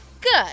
Good